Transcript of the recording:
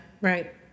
right